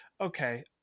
okay